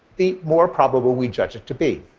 the more probable we judge it to be.